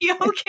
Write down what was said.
okay